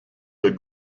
der